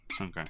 Okay